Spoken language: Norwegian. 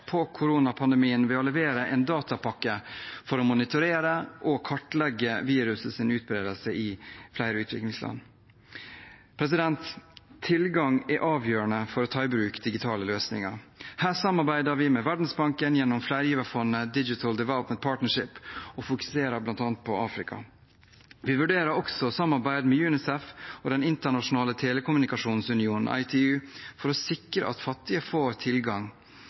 på koronapandemien ved å levere en datapakke for å monitorere og kartlegge virusets utbredelse i flere utviklingsland. Tilgang er avgjørende for å ta i bruk digitale løsninger. Her samarbeider vi med Verdensbanken gjennom flergiverfondet Digital Development Partnership og fokuserer bl.a. på Afrika. Vi vurderer også samarbeid med UNICEF og Den internasjonale telekommunikasjonsunion, ITU, for å sikre at fattige får tilgang.